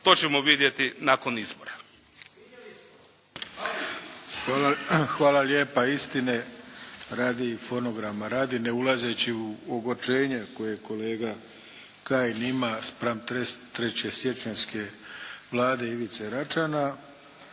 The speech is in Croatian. **Arlović, Mato (SDP)** Hvala lijepa. Istine radi, fonograma radi, ne ulazeći ogorčenje koje je kolega Kajin ima spram Trećesiječanjske Vlade Ivice Račana